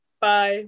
bye